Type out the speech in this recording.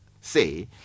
say